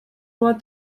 bat